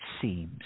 seems